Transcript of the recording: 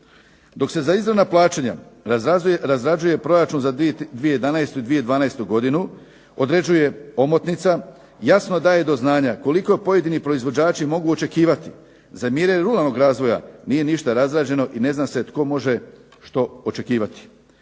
Dok se za izravna plaćanja razrađuje proračun za 2011. i 2012. godinu, određuje omotnica, jasno daje do znanja koliko pojedini proizvođači mogu očekivati za mjere ruralnog razvoja nije ništa razrađeno i ne zna se tko može što očekivati.